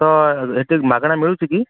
ତ ଏଠି ମାଗଣା ମିଳୁଛି କି